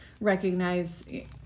recognize